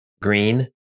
Green